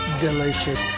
delicious